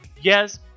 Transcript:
yes